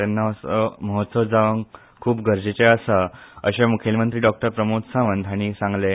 तेन्ना असो महोत्सव जावप खूब गरजेचें आसा अशें मुख्यमंत्री प्रमोद सावंत हांणी सांगलें